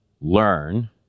learn